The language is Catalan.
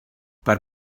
per